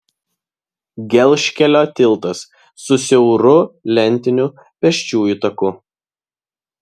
gelžkelio tiltas su siauru lentiniu pėsčiųjų taku